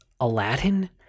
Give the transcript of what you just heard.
Aladdin